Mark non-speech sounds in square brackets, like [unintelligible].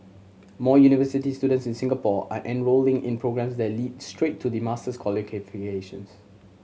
more university students in Singapore are enrolling in programmes that lead straight to master's [unintelligible]